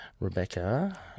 Rebecca